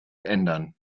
ändern